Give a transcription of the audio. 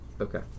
Okay